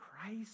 Christ